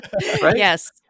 Yes